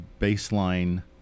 baseline